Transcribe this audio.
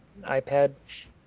iPad